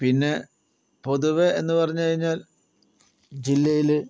പിന്നെ പൊതുവെ എന്ന് പറഞ്ഞ് കഴിഞ്ഞാൽ ജില്ലയിൽ